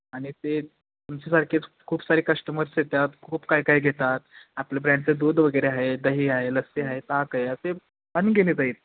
आणि ते तुमच्यासारखेच खूप सारे कश्टमर्स येतात खूप काय काय घेतात आपल्या ब्रँडचं दूध वगैरे आहे दही आहे लस्सी आहे ताक आहे असे अनगिनत आहेत